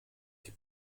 die